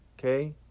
okay